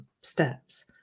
steps